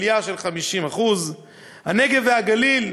עלייה של 50%; הנגב והגליל,